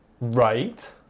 Right